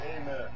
Amen